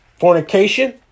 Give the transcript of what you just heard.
fornication